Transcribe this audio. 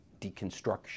deconstruction